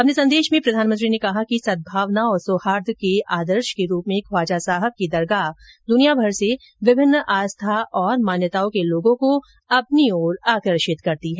अपने संदेश में प्रधानमंत्री ने कहा कि सद्भावना और सौहार्द के आदर्श के रूप में ख्वाजा साहब की दरगाह दुनियाभर से विभिन्न आस्था और मान्यताओं के लोगों को अपनी ओर आकर्षित करती है